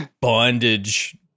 bondage